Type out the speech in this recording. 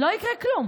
לא יקרה כלום.